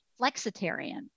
flexitarian